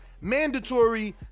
Mandatory